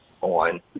on